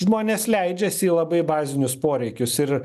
žmonės leidžias į labai bazinius poreikius ir